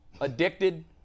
addicted